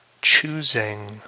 choosing